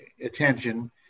attention